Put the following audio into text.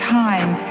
time